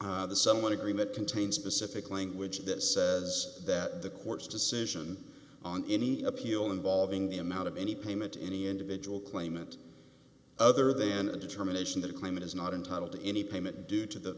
the somewhat agreement contains specific language that says that the court's decision on any appeal involving the amount of any payment to any individual claimant other than a determination the climate is not entitled to any payment due to the